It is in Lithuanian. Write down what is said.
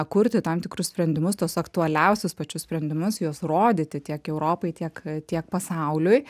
kurti tam tikrus sprendimus tuos aktualiausius pačius sprendimus juos rodyti tiek europai tiek tiek pasauliui